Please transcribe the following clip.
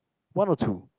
one or two